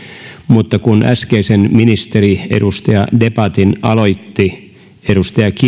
mutta kun äskeisen ministeri edustaja debatin aloitti edustaja kiljunen